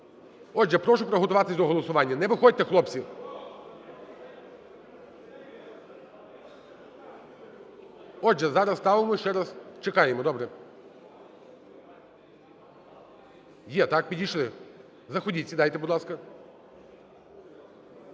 Отже, прошу приготуватися до голосування. Не виходьте, хлопці! Отже, зараз ставимо ще раз… Чекаємо, добре. Є, так? Підійшли. Заходіть, сідайте, будь ласка.